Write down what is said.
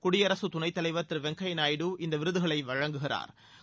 குயடிரசுத் துணைத் தலைவர் திரு வெங்கய்யா நாயுடு இந்த விருதுகளை வழங்குகிறாா்